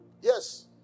Yes